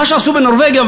מה שעשו בנורבגיה,